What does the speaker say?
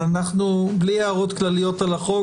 בלי הערות כלליות על החוק,